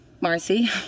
Marcy